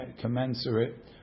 commensurate